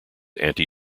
anti